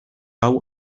hau